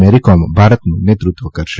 મેરીકોમ ભારતનું નેતૃત્વ કરશે